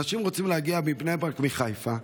אנשים רוצים להגיע מבני ברק לחיפה,